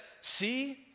see